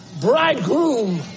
bridegroom